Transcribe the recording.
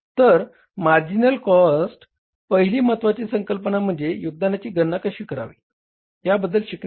तर मार्जिनल कॉस्टिंगची पहिली महत्वाची संकल्पना म्हणजे योगदानाची गणना कशी करावी याबद्दल शिकणे